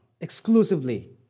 exclusively